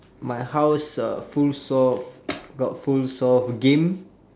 my house uh fulls of got fulls of game